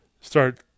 start